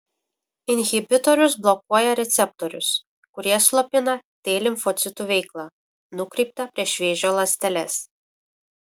inhibitorius blokuoja receptorius kurie slopina t limfocitų veiklą nukreiptą prieš vėžio ląsteles